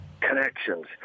connections